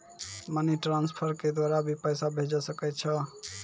Money transfer के द्वारा भी पैसा भेजै सकै छौ?